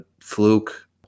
fluke